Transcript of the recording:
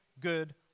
good